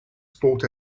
sport